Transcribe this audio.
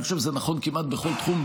אני חושב שזה נכון כמעט בכל תחום.